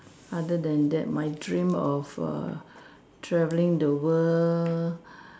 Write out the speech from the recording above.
other than that my dream of err traveling the world